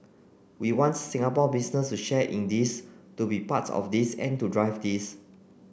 we want Singapore business to share in this to be part of this and to drive this